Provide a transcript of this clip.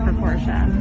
proportion